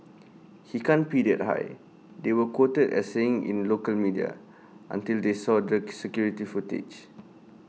he can't pee that high they were quoted as saying in local media until they saw the security footage